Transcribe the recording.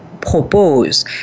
propose